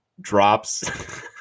drops